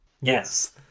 yes